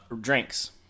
Drinks